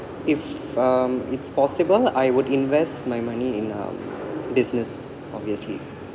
if um it's possible I would invest my money in um business obviously